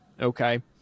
okay